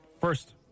first